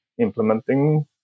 implementing